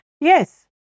yes